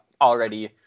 already